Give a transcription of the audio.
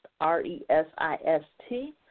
R-E-S-I-S-T